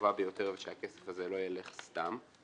הטובה ביותר ושהכסף הזה לא ילך סתם,